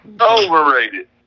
overrated